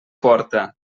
porta